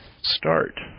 start